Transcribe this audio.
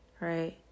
right